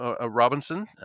Robinson